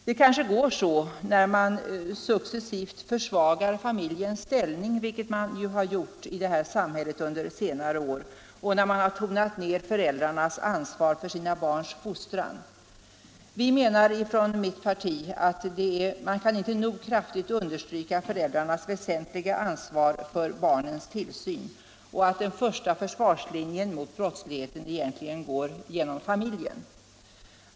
Det kanske går så när man successivt försvagar familjens ställning, vilket man ju har gjort i detta samhälle under senare år, och när man har tonat ned föräldrarnas ansvar för sina barns fostran. Vi menar i mitt parti att man inte nog kraftigt kan understryka föräldrarnas väsentliga ansvar för barnens tillsyn och att den första försvarslinjen mot brottslighet egentligen går genom familjen.